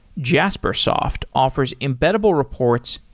jaspersoft offers embeddable reports,